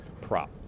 prop